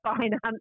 finance